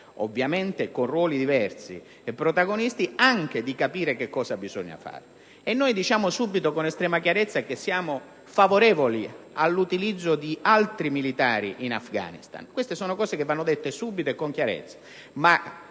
ovviamente con ruoli diversi) di capire che cosa bisogna fare. E noi diciamo subito, con estrema chiarezza, che siamo favorevoli all'utilizzo di altri militari in Afghanistan: queste sono cose che vanno dette subito e con chiarezza.